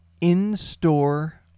in-store